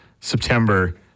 September